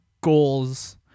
goals